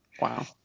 Wow